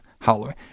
Halloween